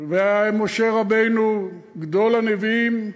ומשה רבנו גדול הנביאים